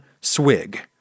swig